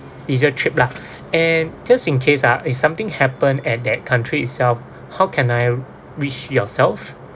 leisure trip lah and just in case ah if something happen at that country itself how can I reach yourself